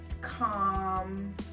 calm